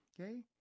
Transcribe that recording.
okay